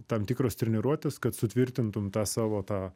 tam tikros treniruotės kad sutvirtintum tą savo tą